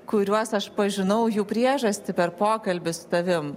kuriuos aš pažinau jų priežastį per pokalbį su tavim